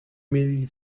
mieli